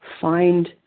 find